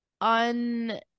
un